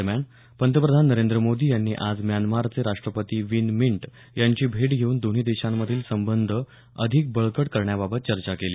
दरम्यान पंतप्रधान नरेंद्र मोदी यांनी आज म्यानमारचे राष्ट्रपती विन मिंट यांची भेट घेऊन दोन्ही देशांमधील संबंध अधिक बळकट करण्याबाबत चर्चा केली